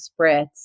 spritz